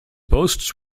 posts